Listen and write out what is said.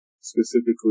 specifically